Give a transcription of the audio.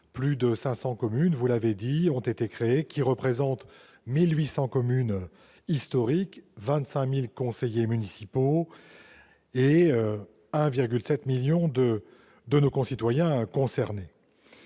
plus de 500 communes nouvelles ont été créées, représentant 1 800 communes historiques et 25 000 conseillers municipaux, 1,7 million de nos concitoyens étant concernés.